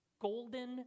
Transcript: golden